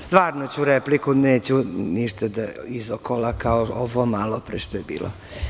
Stvarno ću repliku, neću ništa izokola kao ovo malopre što je bilo.